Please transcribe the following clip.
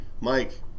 Mike